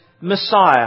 Messiah